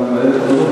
מדובר